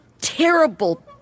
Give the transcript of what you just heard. terrible